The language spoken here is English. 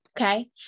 okay